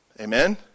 Amen